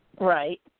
Right